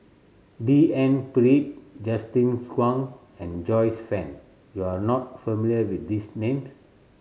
D N Pritt Justin Zhuang and Joyce Fan you are not familiar with these names